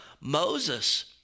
Moses